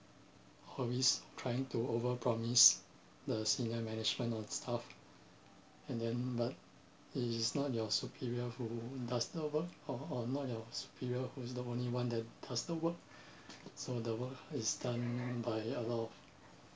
always trying to over promise the senior management and staff and then but it is not your superior who does the work or or not your superior who is the only one that does the work so the work is done by a lot of